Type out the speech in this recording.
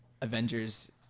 Avengers